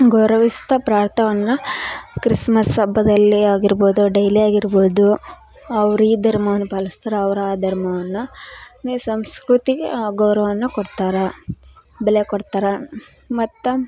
ಗೌರವಿಸ್ತ ಪ್ರಾರ್ತವನ್ನ ಕ್ರಿಸ್ಮಸ್ ಹಬ್ಬದಲ್ಲಿ ಆಗಿರ್ಬೋದು ಡೈಲಿ ಆಗಿರ್ಬೋದು ಅವ್ರು ಈ ಧರ್ಮವನ್ನು ಪಾಲಸ್ತಾರ ಅವ್ರು ಆ ಧರ್ಮವನ್ನು ನೆ ಸಂಸ್ಕೃತಿಗೆ ಗೌರವವನ್ನು ಕೊಡ್ತಾರೆ ಬೆಲೆ ಕೊಡ್ತಾರೆ ಮತ್ತೆ